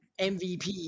MVP